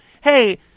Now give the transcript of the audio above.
hey